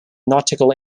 nautical